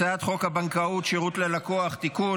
הצעת חוק הבנקאות (שירות ללקוח) (תיקון,